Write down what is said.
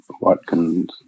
Watkins